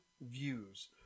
views